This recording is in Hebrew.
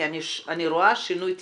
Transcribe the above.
כי אני רואה שינוי תפיסה.